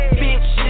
bitch